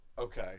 Okay